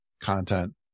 content